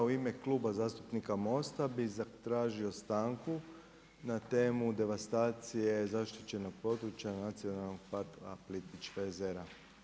U ime kluba zastupnika MOST-a bih zatražio stanku na temu devastacije zaštićenog područja Nacionalnog parka plitvička jezera.